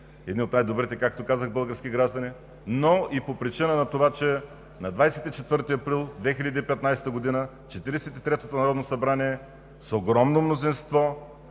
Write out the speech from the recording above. едни от най-добрите, както казах, български граждани, но и по причина на това, че на 24 април 2015 г. Четиридесет и третото народно събрание с огромно мнозинство,